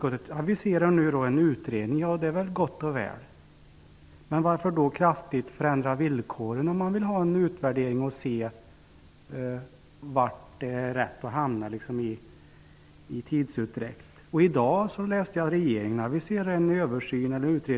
Det aviseras en utredning. Det är gott och väl. Varför då kraftigt förändra villkoren, om man vill ha en utvärdering och vill se var det är rätt att hamna när det gäller tidsutdräkt? Jag läste i dag att regeringen aviserar en översyn